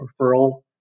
referral